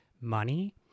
money